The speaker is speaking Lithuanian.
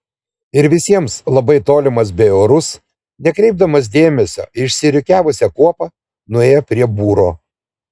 ir visiems labai tolimas bei orus nekreipdamas dėmesio į išsirikiavusią kuopą nuėjo prie būro